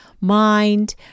mind